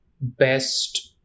best